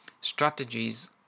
strategies